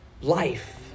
life